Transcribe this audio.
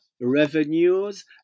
revenues